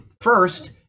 first